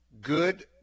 good